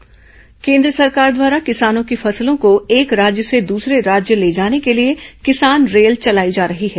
किसान रेल केन्द्र सरकार द्वारा किसानों की फसलों को एक राज्य से दूसरे राज्य ले जाने के लिए किसान रेल चलाई जा रही है